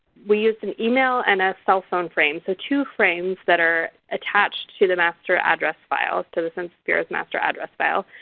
we used an email and a cell phone frame so two frames that are attached to the master address file to the census bureau's master address file.